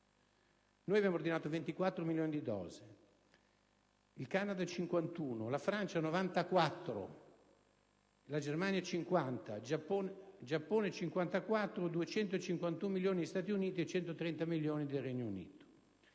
Noi abbiamo ordinato 24 milioni di dosi, il Canada 51, la Francia 94, la Germania 50, il Giappone 54, gli Stati Uniti 251, il Regno Unito